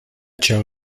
joe